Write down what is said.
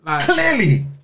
Clearly